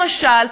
למשל,